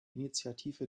initiative